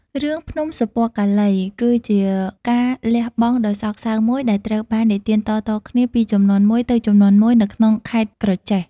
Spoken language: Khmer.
រឿងភ្នំសុពណ៌កាឡី គឺជាការលះបង់ដ៏សោកសៅមួយ ដែលត្រូវបាននិទានតៗគ្នាពីជំនាន់មួយទៅជំនាន់មួយនៅក្នុងខេត្តក្រចេះ។